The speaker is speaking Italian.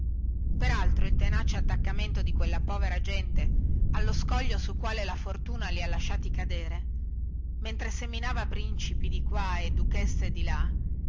altro il tenace attaccamento di quella povera gente allo scoglio sul quale la fortuna li ha lasciati cadere mentre seminava principi di qua e duchesse di là